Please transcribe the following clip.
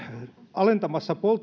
alentamassa